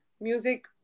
Music